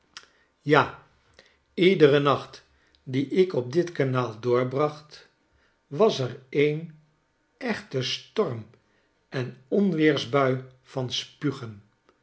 ja iederen nacht dien ik op dit kanaal doorbracht was er een echte storm en onweersbui van spugen